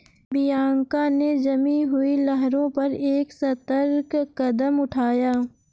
Bianca ने जमी हुई लहरों पर एक सतर्क कदम उठाया